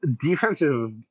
Defensive